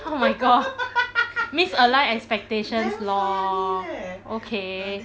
oh my god misalign expectations lor okay